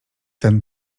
ten